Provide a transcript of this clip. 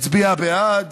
הצביע בעד,